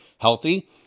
healthy